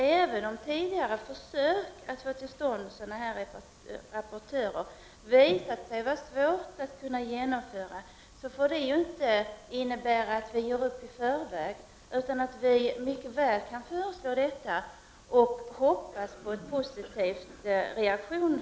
Även om tidigare försök att utse sådana här rapportörer har visat sig svåra att genomföra, får detta inte innebära att vi ger upp i förväg. Vi kan mycket väl föreslå detta och hoppas på en positiv reaktion.